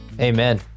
Amen